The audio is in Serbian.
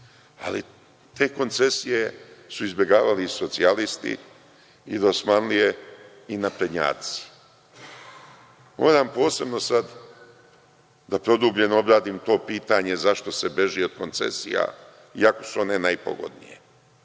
Ali te koncesije su izbegavali socijalisti i dosmanlije i naprednjaci. Moram posebno sad da produbljeno obradim to pitanje zašto se beži od koncesija, iako su one najpogodnije.